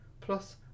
plus